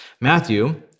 Matthew